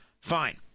Fine